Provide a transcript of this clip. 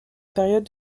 période